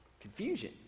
confusion